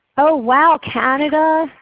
oh wow, canada,